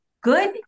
good